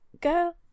Girl